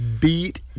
beat